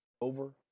over